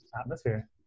atmosphere